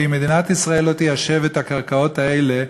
אם מדינת ישראל לא תיישב את הקרקעות האלה,